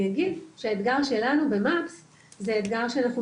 אני אגיד שהאתגר שלנו במקס זה אתגר שאנחנו